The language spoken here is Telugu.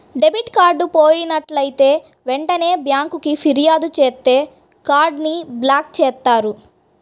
డెబిట్ కార్డ్ పోయినట్లైతే వెంటనే బ్యేంకుకి ఫిర్యాదు చేత్తే కార్డ్ ని బ్లాక్ చేత్తారు